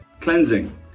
Cleansing